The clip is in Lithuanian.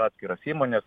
atskiras įmones